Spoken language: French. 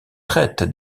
traite